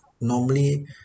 normally